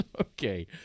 Okay